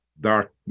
dark